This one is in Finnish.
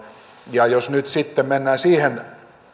ja jos nyt sitten mennään